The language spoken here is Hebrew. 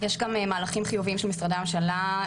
יש גם מהלכים חיוביים של משרדי הממשלה,